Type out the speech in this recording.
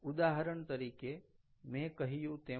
ઉદાહરણ તરીકે મે કહ્યું તેમ